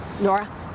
Nora